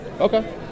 Okay